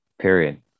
period